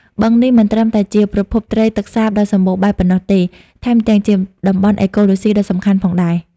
បឹងនេះមិនត្រឹមតែជាប្រភពត្រីទឹកសាបដ៏សម្បូរបែបប៉ុណ្ណោះទេ ថែមទាំងជាតំបន់អេកូឡូស៊ីដ៏សំខាន់ផងដែរ។